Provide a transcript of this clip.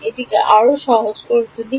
এটিকে আরও সহজ করে তুলি